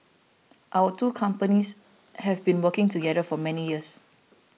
our two companies have been working together for many years